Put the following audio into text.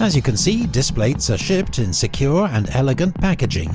as you can see, displates are shipped in secure and elegant packaging